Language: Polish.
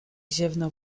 ziewnął